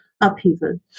upheaval